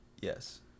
Yes